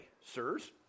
sirs